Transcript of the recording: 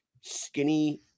skinny